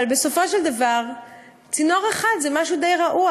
אבל בסופו של דבר צינור אחד זה משהו די רעוע.